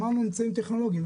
אמרנו אמצעים טכנולוגיים,